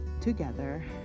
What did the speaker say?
together